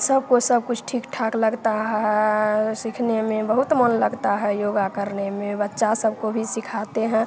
सबको सब कुछ ठीक ठाक लगता है और सीखने में बहुत मन लगता है योगा करने में बच्चा सबको भी सिखाते हैं